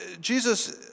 Jesus